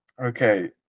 Okay